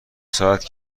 ساعت